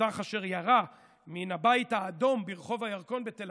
התותח אשר ירה מן הבית האדום ברחוב הירקון בתל